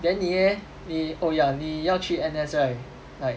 then 你 leh 你 oh ya 你要去 N_S right like